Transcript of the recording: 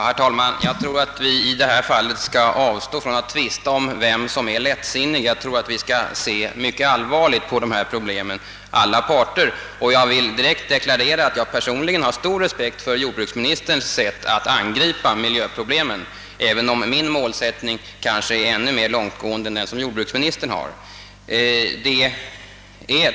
Herr talman! Jag tror att vi i detta fall bör avstå från att tvista om vem som är lättsinnig. Vi bör nog alla se mycket allvarligt på dessa problem. Jag vill direkt deklarera att jag har stor respekt för jordbruksministerns sätt att angripa miljöproblemen, även om min målsättning kanske är ännu mer långtgående än jordbruksministerns.